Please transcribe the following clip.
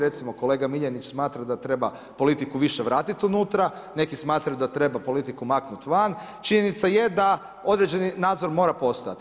Recimo, kolega Miljenić smatra da treba politiku više vratiti unutra, neki smatraju da treba politiku maknut van, činjenica je da određeni nadzor mora postojati.